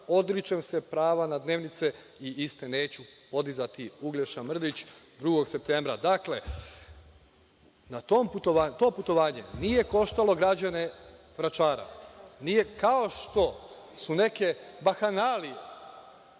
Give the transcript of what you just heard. odričem se prava na dnevnice i iste neću podizati, Uglješa Mrdić 2. septembra. Dakle, to putovanje nije koštalo građane Vračara, nije kao što su neke bahanalije